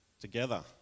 together